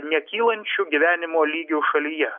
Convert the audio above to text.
nekylančiu gyvenimo lygiu šalyje